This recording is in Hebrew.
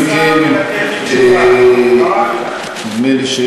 אתה ברחת, כבוד השר, מלתת לי תשובה.